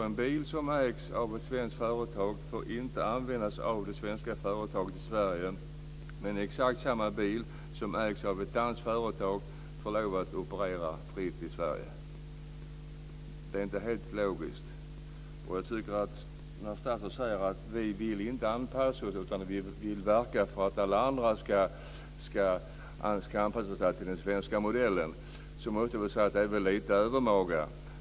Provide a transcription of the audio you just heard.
En bil som ägs av ett svenskt företag får inte användas av det svenska företaget i Sverige. En exakt likadan bil som ägs av ett danskt företag får operera fritt i Sverige. Det är inte helt logiskt. Statsrådet säger att vi inte vill anpassa oss, utan vi vill verka för att alla andra ska anpassa sig till den svenska modellen. Det är lite övermaga.